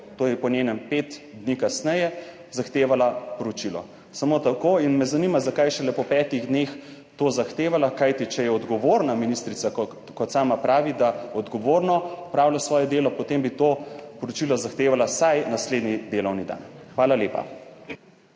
to je po njenem 5 dni kasneje, zahtevala poročil. Samo tako. In me zanima, zakaj šele po petih dneh to zahtevala, kajti če je odgovorna ministrica, kot sama pravi, da odgovorno opravlja svoje delo, potem bi to poročilo zahtevala vsaj naslednji delovni dan. Hvala lepa.